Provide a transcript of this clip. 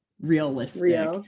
realistic